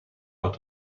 out